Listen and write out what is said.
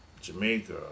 Jamaica